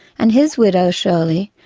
and his widow, shirley,